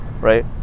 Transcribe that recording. right